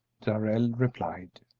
darrell replied.